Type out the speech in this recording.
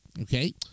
Okay